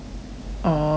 orh